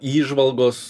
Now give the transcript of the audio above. mano įžvalgos